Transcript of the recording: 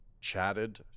chatted